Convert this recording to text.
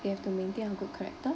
they have to maintain a good character